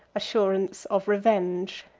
assurance of revenge.